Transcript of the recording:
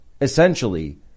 essentially